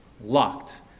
locked